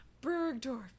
Bergdorf